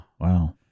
Wow